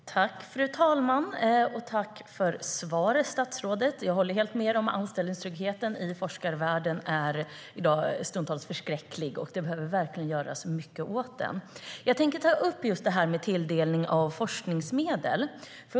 STYLEREF Kantrubrik \* MERGEFORMAT Svar på interpellationerJag tänker ta upp just det här med tilldelning av forskningsmedel.